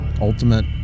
ultimate